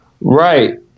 Right